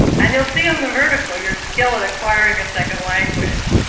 and you'll see on the vertical your skill at acquiring a second language.